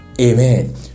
Amen